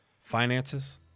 finances